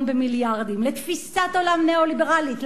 במיליארדים לתפיסת עולם ניאו-ליברלית,